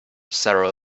sarah